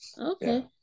Okay